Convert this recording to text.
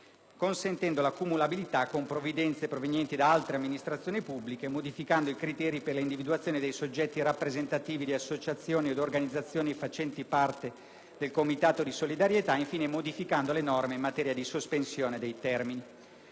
consentendo la cumulabilità con provvidenze provenienti da altre amministrazioni pubbliche, modificando i criteri per la individuazione dei soggetti rappresentativi di associazioni od organizzazioni facenti parte del comitato di solidarietà e, infine, modificando le norme in materia di sospensione di termini.